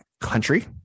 country